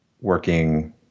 working